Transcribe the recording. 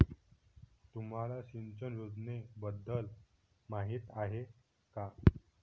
तुम्हाला सिंचन योजनेबद्दल माहिती आहे का?